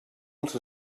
els